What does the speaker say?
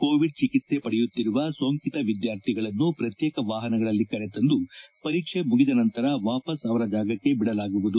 Covid ಚಿಕಿತ್ಸೆ ಪಡೆಯುತ್ತಿರುವ ಸೋಂಕಿತ ವಿದ್ಯಾರ್ಥಿಗಳನ್ನು ಪ್ರತ್ಯೇಕ ವಾಹನದಲ್ಲಿ ಕರೆತಂದು ಪರೀಕ್ಷೆ ಮುಗಿದ ನಂತರ ವಾಪಸ್ ಅವರ ಜಾಗಕ್ಕೆ ಬಿಡಲಾಗುವುದು